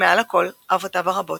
ומעל לכל אהבותיו הרבות,